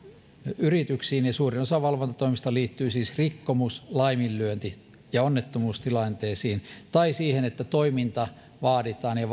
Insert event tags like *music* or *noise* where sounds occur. yrityksiin ja suurin osa valvontatoimista liittyy siis rikkomus laiminlyönti ja onnettomuustilanteisiin tai siihen että vaaditaan ja *unintelligible*